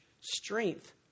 strength